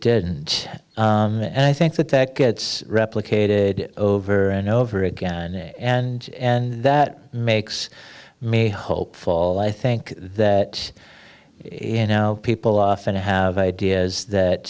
did and i think that that gets replicated over and over again and and that makes me hopeful i think that in know people often have ideas that